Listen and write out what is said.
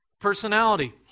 personality